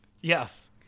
Yes